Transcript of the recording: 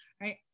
right